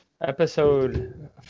Episode